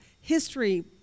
history